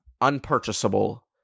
unpurchasable